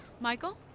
Michael